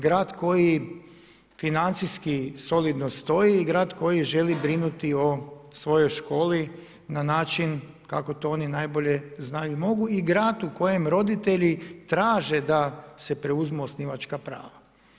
Grad koji financijski solidno stoji i grad koji želi brinuti o svojoj školi na način kako to oni najbolje znaju i mogu i grad u kojem roditelji traže da se preuzmu osnivačka prava.